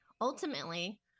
ultimately